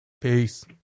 Peace